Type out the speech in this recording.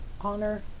honor